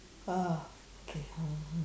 ah okay mmhmm